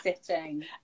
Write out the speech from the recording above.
sitting